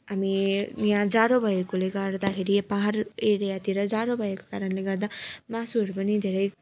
हामी यहाँ जाडो भएकोले गर्दाखेरि पहाड एरियातिर जाडो भएको कारणले गर्दा मासुहरू पनि धेरै